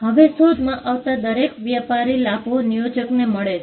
હવે શોધમાં આવતા દરેક વ્યાપારી લાભો નિયોજકને મળે છે